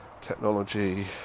technology